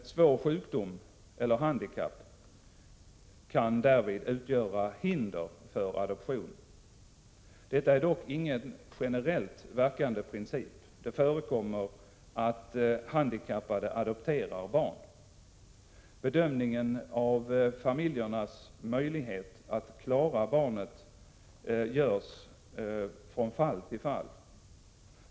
Svår sjukdom eller handikapp kan därvid utgöra hinder för adoption. Detta är dock ingen generellt verkande princip. Det förekommer att handikappade adopterar barn. Bedömningen av familjernas möjlighet att klara barnet görs från fall till fall.